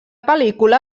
pel·lícula